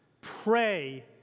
Pray